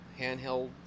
handheld